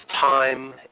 time